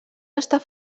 estar